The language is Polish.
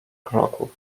kroków